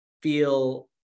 feel